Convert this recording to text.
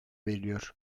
veriliyor